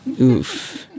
oof